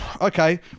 Okay